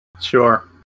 Sure